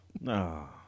No